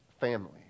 family